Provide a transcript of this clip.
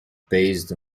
based